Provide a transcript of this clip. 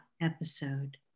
episode